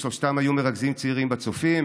הם שלושתם היו מרכזים צעירים בצופים,